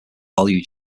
value